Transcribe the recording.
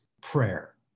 prayer